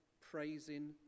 praising